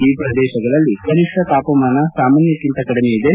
ಈ ಪ್ರದೇಶಗಳಲ್ಲಿ ಕನಿಷ್ನ ತಾಪಮಾನ ಸಾಮಾನ್ಗಕ್ಷಿಂತ ಕಡಿಮೆ ಇದೆ